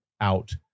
out